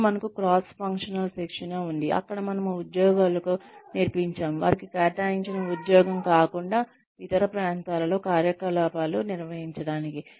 ఇప్పుడు మనకు cross functional శిక్షణ ఉంది అక్కడ మనము ఉద్యోగులకు నేర్పించాము వారికి కేటాయించిన ఉద్యోగం కాకుండా ఇతర ప్రాంతాలలో కార్యకలాపాలు నిర్వహించడానికి